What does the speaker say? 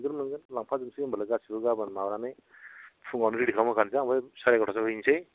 मोनगोन मोनगोन लांफा जोबसै होमबालाय गासिबो गाबोन माबानानै फुंआवनो रेदि खालामनानै दोनखासै ओमफ्राय साराय एगारथासोआव हैसै